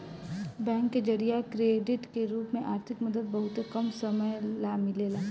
bank के जरिया credit के रूप में आर्थिक मदद बहुते कम समय ला मिलेला